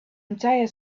entire